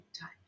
time